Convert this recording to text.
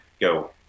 go